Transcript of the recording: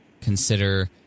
consider